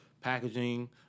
packaging